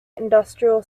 industrial